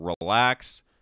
relax